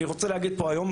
אני רוצה להגיד פה היום,